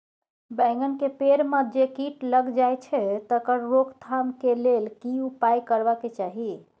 बैंगन के पेड़ म जे कीट लग जाय छै तकर रोक थाम के लेल की उपाय करबा के चाही?